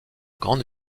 grande